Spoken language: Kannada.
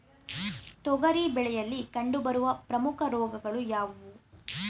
ತೊಗರಿ ಬೆಳೆಯಲ್ಲಿ ಕಂಡುಬರುವ ಪ್ರಮುಖ ರೋಗಗಳು ಯಾವುವು?